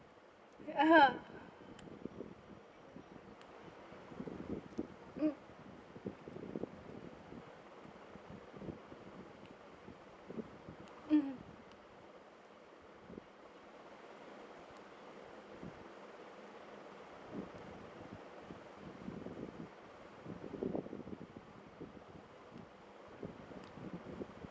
(uh huh) mm mmhmm